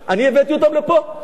אני הבאתי אותם לפה?